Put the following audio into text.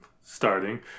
starting